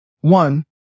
One